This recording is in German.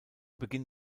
beginn